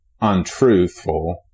untruthful